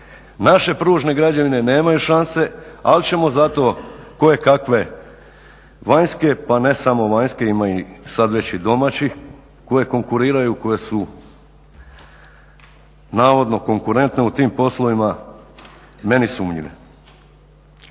naše pružne građevine nemaju šanse ali ćemo zato kojekakve pa ne samo vanjske ima sada već i domaćih koje konkuriraju koje su navodno konkurentne u tim poslovima meni sumnjive.